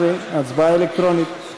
19, הצבעה אלקטרונית.